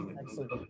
Excellent